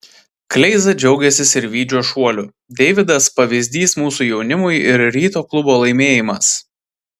kleiza džiaugiasi sirvydžio šuoliu deividas pavyzdys mūsų jaunimui ir ryto klubo laimėjimas